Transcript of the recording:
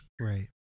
Right